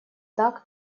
так